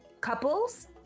couples